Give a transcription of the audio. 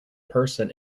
person